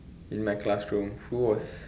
in my classroom who was